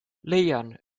leian